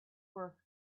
work